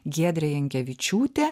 giedrė jankevičiūtė